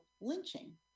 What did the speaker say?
lynching